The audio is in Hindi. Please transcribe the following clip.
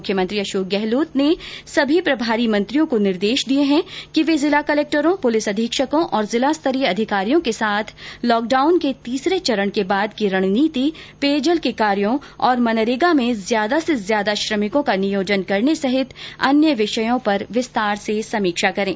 मुख्यमंत्री अशोक गहलोत ने सभी प्रभारी मंत्रियों को निर्देश दिए हैं कि वे जिला कलेक्टरों पुलिस अधीक्षकों और जिलास्तरीय अधिकारियों के साथ लॉक डाउन के तीसरे चरण के बाद की रणनीति पेयजल के कार्यो और मनरेगा में ज्यादा से ज्यादा श्रमिकों का नियोजन करने सहित अन्य विषयों पर विस्तार से समीक्षा करें